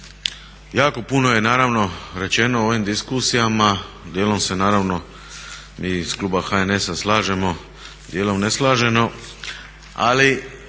Jako puno je naravno rečeno u ovim diskusijama, djelom se naravno mi iz kluba HNS-a slažemo, djelom ne slažemo.